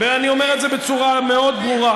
ואני אומר את זה בצורה מאוד ברורה,